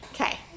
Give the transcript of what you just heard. Okay